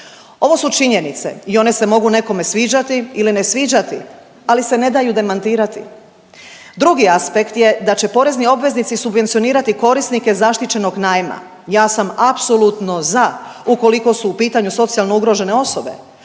Ovo su činjenice i one se mogu nekome sviđati ili ne sviđati, ali se ne daju demantirati. Drugi aspekt je da će porezni obveznici subvencionirati korisnike zaštićenog najma. Ja sam apsolutno za ukoliko su u pitanju socijalno ugrožene osobe,